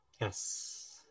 Yes